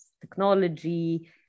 technology